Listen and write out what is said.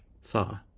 saw